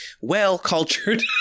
well-cultured